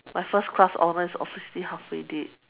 my first class honour is officially halfway dead